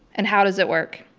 and how does it work?